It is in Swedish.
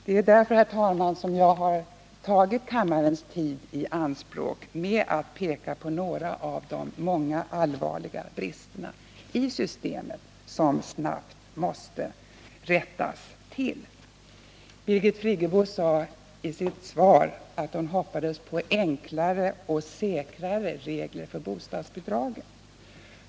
Det är därför, herr talman, jag har tagit kammarens tid i anspråk med att peka på några av de många allvarliga brister i systemet som snabbt måste rättas till. Birgit Friggebo sade i sitt svar att hon hoppades på enklare och säkrare regler för bostadsbidragen.